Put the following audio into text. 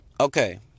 Okay